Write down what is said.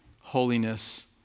holiness